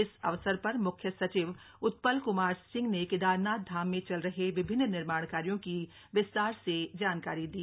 इस अवसर पर मुख्य सचिव उत्पल क्मार सिंह ने केदारनाथ धाम में चल रहे विभिन्न निर्माण कार्यों की विस्तार से जानकारी दी